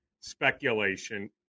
Speculation